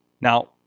Now